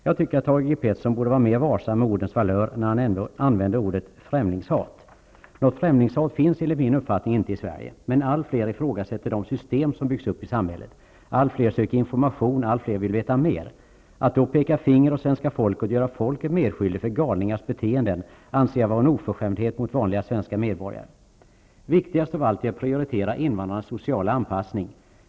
Jag tycker att Thage G Peterson borde vara mer varsam med ordens valör när han använder ordet främlingshat. Något främlingshat finns enligt min uppfattning inte i Sverige. Men allt fler ifrågasätter de system som byggts upp i samhället. Allt fler söker information. Allt fler vill veta mer. Att då peka finger åt svenska folket och göra folket medskyldigt till galningars beteenden anser jag vara en oförskämdhet mot vanliga svenska medborgare. Viktigast av allt är att prioritera invandrarnas sociala anpassning.